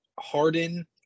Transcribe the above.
Harden